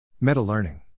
Meta-learning